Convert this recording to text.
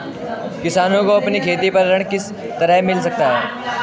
किसानों को अपनी खेती पर ऋण किस तरह मिल सकता है?